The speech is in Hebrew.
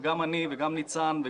גם אני וגם ניצן,